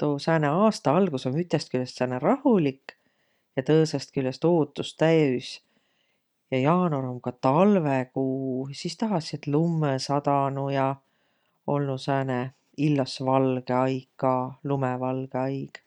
tuu sääne aastaga algus om ütest külest sääne rahulik ja tõõsõst külest ootust täüs. Ja jaanuar om ka talvõkuu. Sis tahassiq, et lummõ sadanuq ja olnuq sääne illos valgõ aig ka, lumõvalgõ aig.